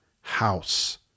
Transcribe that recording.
house